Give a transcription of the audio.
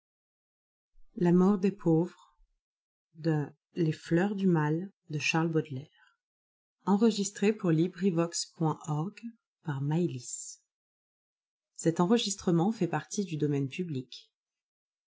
des fleurs du mal